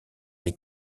les